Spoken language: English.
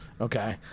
Okay